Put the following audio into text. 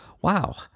wow